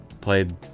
played